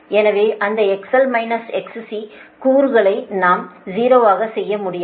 எனவே அந்த XL XC கூறுகளை நாம் 0 ஆகச் செய்ய முடியாது